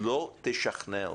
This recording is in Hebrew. לא תשכנע אותי.